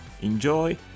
enjoy